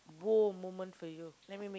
!wow! moment for you let me me